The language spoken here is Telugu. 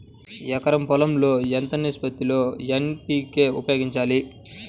ఎకరం పొలం లో ఎంత నిష్పత్తి లో ఎన్.పీ.కే ఉపయోగించాలి?